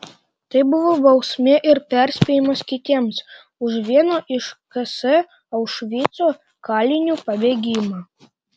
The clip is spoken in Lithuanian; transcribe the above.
tai buvo bausmė ir perspėjimas kitiems už vieno iš ks aušvico kalinių pabėgimą